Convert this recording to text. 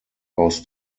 aus